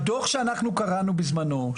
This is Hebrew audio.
הדו"ח שאנחנו קראנו בזמנו,